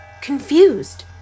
confused